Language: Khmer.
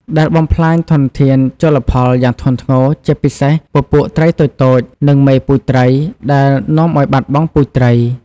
ដែលបំផ្លាញធនធានជលផលយ៉ាងធ្ងន់ធ្ងរ ជាពិសេសពពួកត្រីតូចៗ និងមេពូជត្រី ដែលនាំឱ្យបាត់បង់ពូជត្រី។